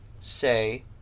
say